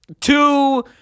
two